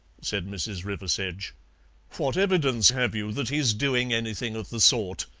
said mrs. riversedge what evidence have you that he's doing anything of the sort?